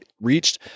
reached